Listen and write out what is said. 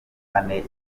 ane